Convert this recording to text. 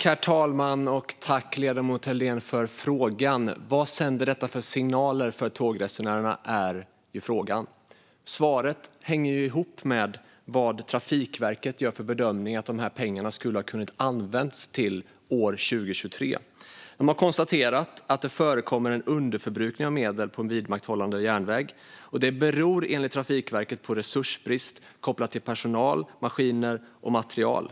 Herr talman! Jag tackar ledamot Helldén för frågan. Vad sänder detta för signaler till tågresenärerna, är frågan. Svaret hänger ihop med vad Trafikverket gör för bedömningar att pengarna hade kunnat användas till år 2023. Trafikverket har konstaterat att det förekommer en underförbrukning av medel på vidmakthållen järnväg, och det beror enligt Trafikverket på resursbrist kopplat till personal, maskiner och material.